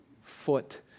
foot